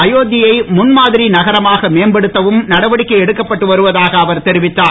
அயோத்தியை முன் மாதிரி நகரமாக மேம்படுத்தவும் நடவடிக்கை எடுக்கப்பட்டு வருவதாக அவர் தெரிவித்தார்